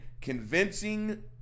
convincing